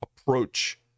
approach